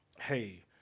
hey